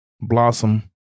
blossom